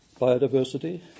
biodiversity